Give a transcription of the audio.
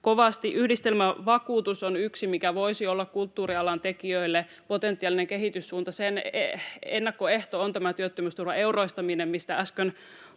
kovasti. Yhdistelmävakuutus on yksi, mikä voisi olla kulttuurialan tekijöille potentiaalinen kehityssuunta. Sen ennakkoehto on tämä työttömyysturvan euroistaminen, mistä äsken